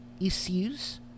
issues